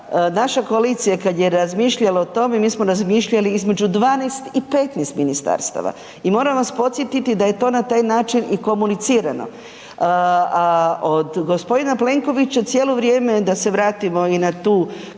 naša koalicija kad je razmišljala o tome, mi smo razmišljali između 12 i 15 ministarstava i moram vas podsjetiti da je to na taj način i komunicirano. Od g. Plenkovića, cijelo vrijeme je, da se vratimo i na tu kampanju,